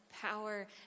power